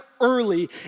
early